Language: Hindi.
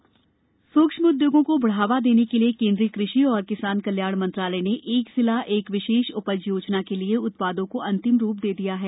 उपज योजना सूक्ष्म उद्यमों को बढ़ावा देने के लिए केन्द्रीय कृषि और किसान कल्याण मंत्रालय ने एक जिला एक विशेष उपज योजना के लिए उत्पादों को अंतिम रूप दे दिया है